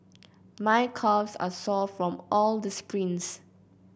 my calves are sore from all the sprints